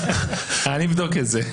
אני אבדוק את זה...